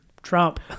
Trump